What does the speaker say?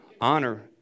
Honor